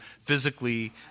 physically